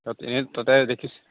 এনে তাতে দেখিছোঁ